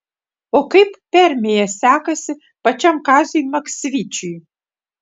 o kaip permėje sekasi pačiam kaziui maksvyčiui